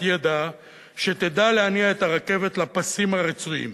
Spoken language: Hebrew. ידע שתדע להניע את הרכבת על הפסים הרצויים.